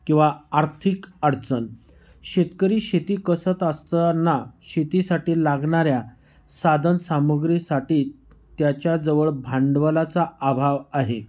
किंवा आर्थिक अडचण शेतकरी शेती कसत असताना शेतीसाठी लागणाऱ्या साधन सामग्रीसाठी त्याच्याजवळ भांडवलाचा अभाव आहे